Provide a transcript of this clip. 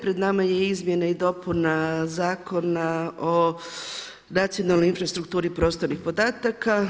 Pred nama je izmjena i dopuna Zakona o nacionalnoj infrastrukturi prostornih podataka.